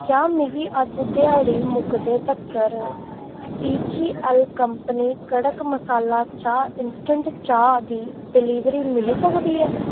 क्या मिगी अज ध्याड़ी मुकदे तक्कर टीजीऐल्ल कम्पनी कड़क मसाला चाह् इंस्टैंट चाह् दी डिलीवरी मिली सकदी ऐ